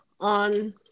on